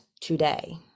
today